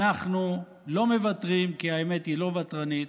אנחנו לא מוותרים, כי האמת היא לא ותרנית,